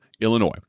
Illinois